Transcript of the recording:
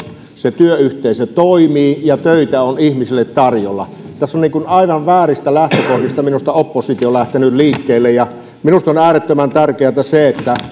se työyhteisö toimii ja töitä on ihmisille tarjolla tässä on aivan vääristä lähtökohdista minusta oppositio lähtenyt liikkeelle ja minusta on äärettömän tärkeätä se että